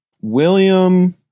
william